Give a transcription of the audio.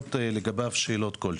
ומתעוררות לגביו שאלות.